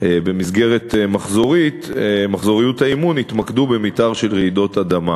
ב-2012 במסגרת מחזוריות האימון התמקדו במתאר של רעידות אדמה.